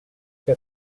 que